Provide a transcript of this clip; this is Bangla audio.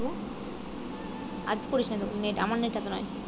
বেগুন চাষের ক্ষেত্রে কি রকমের জলসেচ পদ্ধতি ভালো হয়?